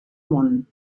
món